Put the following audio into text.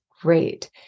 great